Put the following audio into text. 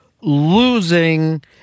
losing